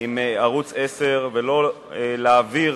עם ערוץ-10 ולא להעביר